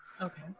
Okay